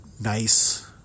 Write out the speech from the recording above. nice